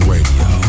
Radio